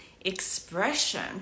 expression